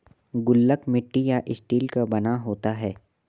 गुल्लक मिट्टी या स्टील का बना होता है